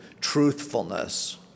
truthfulness